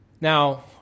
Now